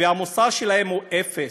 והמוסר שלהם הוא אפס,